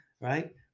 right